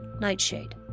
Nightshade